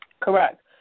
Correct